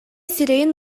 сирэйин